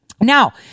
Now